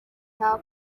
nta